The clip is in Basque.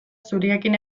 zuriekin